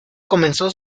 comenzó